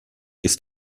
ist